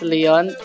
Leon